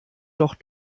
doch